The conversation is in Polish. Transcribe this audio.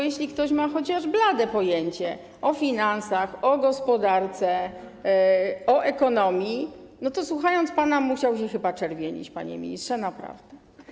Jeśli ktoś ma chociaż blade pojęcie o finansach, o gospodarce, o ekonomii, to słuchając pana, musiał się chyba czerwienić, panie ministrze, naprawdę.